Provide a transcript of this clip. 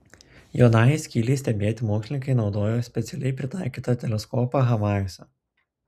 juodajai skylei stebėti mokslininkai naudojo specialiai pritaikytą teleskopą havajuose